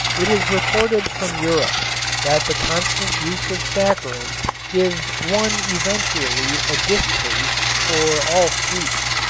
it is reported from europe that the constant use of saccharin gives one eventually a distaste for all sweets.